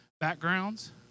backgrounds